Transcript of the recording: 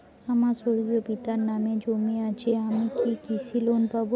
আমার স্বর্গীয় পিতার নামে জমি আছে আমি কি কৃষি লোন পাব?